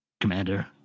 Commander